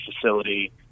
facility